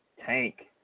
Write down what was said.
Tank